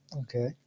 Okay